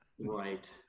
Right